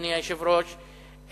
אדוני היושב-ראש,